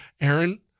Aaron